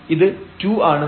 ഇത് 2 ആണ്